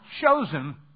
chosen